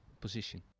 position